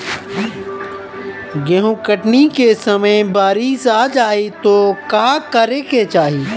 गेहुँ कटनी के समय बारीस आ जाए तो का करे के चाही?